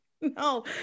No